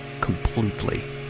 completely